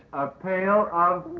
a pail um